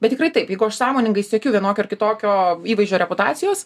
bet tikrai taip jeigu aš sąmoningai siekiu vienokio ar kitokio įvaizdžio reputacijos